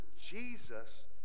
Jesus